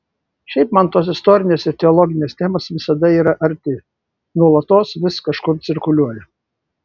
šiaip man tos istorinės ir teologinės temos visada yra arti nuolatos vis kažkur cirkuliuoja